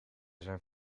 zijn